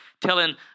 telling